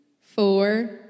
four